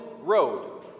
Road